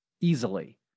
easily